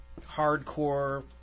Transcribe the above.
hardcore